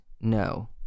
No